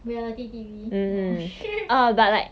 reality T_V oh